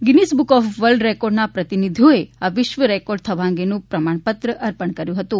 Guinness book of world રેકોર્ડના પ્રતિનિધિએ આ વિશ્વ રેકોર્ડ થવા અંગેનું પ્રમાણપત્ર અર્પણ કર્યુ હતું